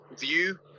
view